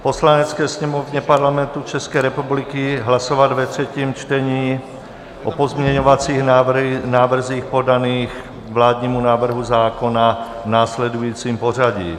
Poslanecké sněmovně Parlamentu České republiky hlasovat ve třetím čtení o pozměňovacích návrzích podaných k vládnímu návrhu zákona v následujícím pořadí.